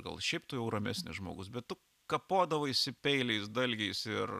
gal šiaip tu jau ramesnis žmogus bet tu kapodavaisi peiliais dalgiais ir